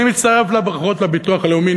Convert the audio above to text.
אני מצטרף לברכות לביטוח הלאומי.